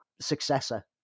successor